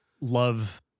love